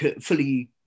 fully